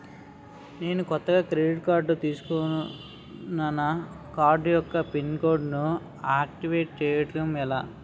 నేను కొత్తగా credit card తిస్కున్నా నా కార్డ్ యెక్క పిన్ కోడ్ ను ఆక్టివేట్ చేసుకోవటం ఎలా?